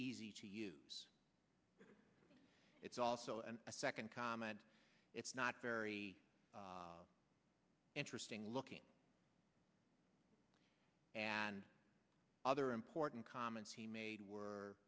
easy to use it's also an a second comment it's not very interesting looking and other important comments he made were